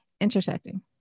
intersecting